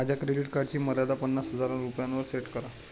माझ्या क्रेडिट कार्डची मर्यादा पन्नास हजारांवर सेट करा